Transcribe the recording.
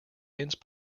mince